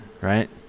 right